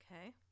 Okay